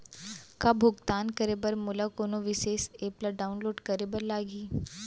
का भुगतान करे बर मोला कोनो विशेष एप ला डाऊनलोड करे बर लागही